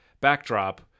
backdrop